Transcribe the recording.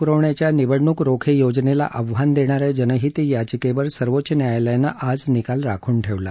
राजकीय पक्षांना निधी प्रवण्याच्या निवडणूक रोखे योजनेला आव्हान देणा या जनहित याचिकेवर सर्वोच्च न्यायालयानं आज निकाल राखून ठेवला